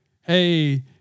hey